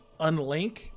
Unlink